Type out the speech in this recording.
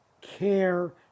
care